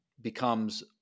becomes